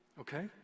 Okay